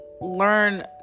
learn